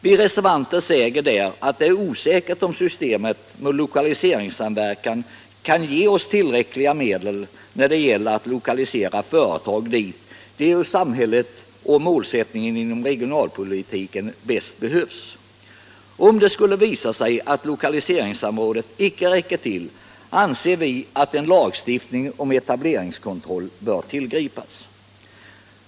Vi reservanter säger att det är osäkert om systemet med lokaliseringssamverkan ger oss tillräckliga medel när det gäller att lokalisera företag till orter där de med tanke på målsättningen för regionalpolitiken och från samhällets synpunkt totalt sett bäst behövs. Om det skulle visa sig att lokaliseringssamrådet icke räcker till, anser vi att en lagstiftning om etableringskontroll bör tillgripas.